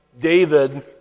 David